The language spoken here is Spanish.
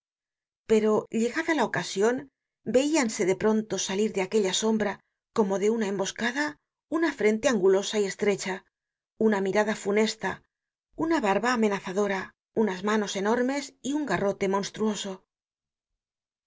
pero llegada la ocasion veíanse de pronto salir de aquella sombra como de una emboscada una frente angulosa y estrecha una mirada funesta una bar'ha amenazadora unas manos enormes y un garrote monstruoso